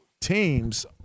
teams